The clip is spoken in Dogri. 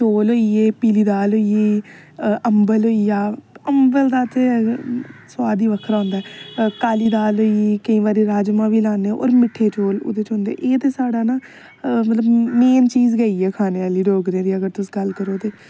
चौल होई हेऐ पीली दाल होई गेई अंबल होई गेआ अंबल दा ते स्बाद ही बक्खरा होंदा ऐ काली दाल होई गेई केईं बारी राजमां बी बनान्ने और मिट्ठे चौल ओहदे च होंदे इयां ते साढ़ा ना मतलब मेन चीज गै इयै खाने आहली डोगरी दी अगर तुस गल्ल करो ते